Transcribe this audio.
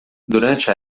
durante